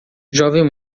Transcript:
jovem